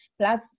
plus